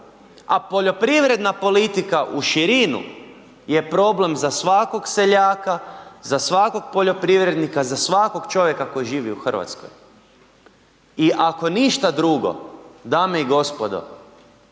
a poljoprivredna politika u širinu je problem za svakog seljaka, za svakog poljoprivrednika, za svakog čovjeka koji živi u Hrvatskoj. I ako ništa drugo, dame i gospodo,